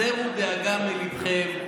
הסירו דאגה מליבכם,